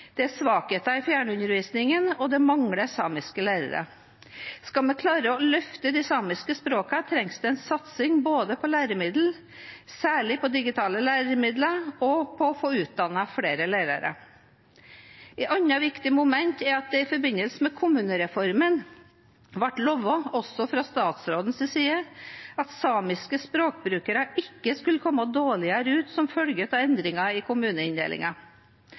det er svakheter i fjernundervisningen, og at det mangler samiske lærere. Skal man klare å løfte de samiske språkene, trengs det en satsing både på læremidler, særlig digitale, og på å få utdannet flere lærere. Et annet viktig moment er at det i forbindelse med kommunereformen ble lovet, også fra statsrådens side, at samiske språkbrukere ikke skulle komme dårligere ut som følge av endringer i